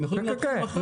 הם יכולים להתחיל מחר.